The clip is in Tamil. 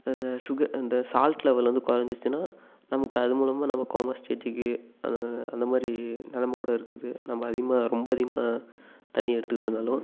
அந்த ஷுகர் இந்த சால்ட் லெவல் வந்து குறஞ்சிருச்சினா நமக்கு அது மூலமாக நம்ம கோமா ஸ்டேஜிக்கு அது அந்த மாதிரி நெலமை கூட இருக்குது நம்ம அதிகமாக ரொம்ப அதிகமாக தண்ணியை எடுத்துக்கிட்டோனாலும்